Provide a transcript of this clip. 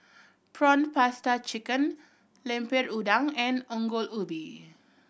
prawn paste chicken Lemper Udang and Ongol Ubi